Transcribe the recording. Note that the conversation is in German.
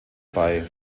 bei